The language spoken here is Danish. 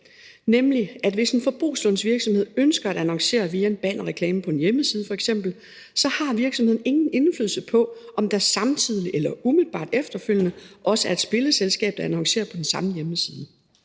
nemlig at hvis en forbrugslånsvirksomhed ønsker at annoncere via en bannerreklame på f.eks. en hjemmeside, har virksomheden ingen indflydelse på, om der samtidig eller umiddelbart efterfølgende også er et spilleselskab, der annoncerer på den samme hjemmeside.